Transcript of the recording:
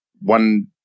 one